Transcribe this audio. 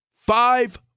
Five